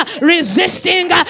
resisting